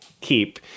keep